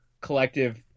collective